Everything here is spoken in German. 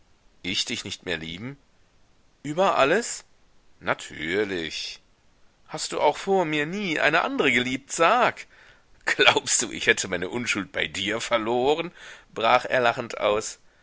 ich dich nicht mehr lieben über alles natürlich hast du auch vor mir nie eine andre geliebt sag glaubst du ich hätte meine unschuld bei dir verloren brach er lachend aus